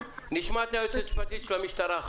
נשמע אחרייך את היועצת המשפטית של המשטרה.